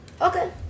Okay